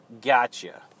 Gotcha